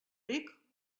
ric